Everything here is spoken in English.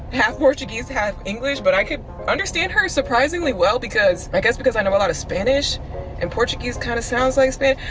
half portuguese, half english, but i could understand her surprisingly well, because i guess because i know a lot of spanish and portuguese kind of sounds like spanish.